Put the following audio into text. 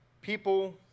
people